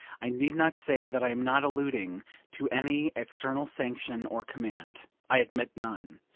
i need not say that i am not alluding to any external sanction or command. i admit none.